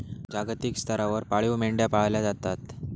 जागतिक स्तरावर पाळीव मेंढ्या पाळल्या जातात